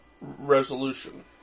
resolution